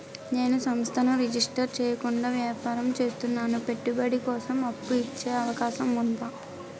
నేను సంస్థను రిజిస్టర్ చేయకుండా వ్యాపారం చేస్తున్నాను పెట్టుబడి కోసం అప్పు ఇచ్చే అవకాశం ఉందా?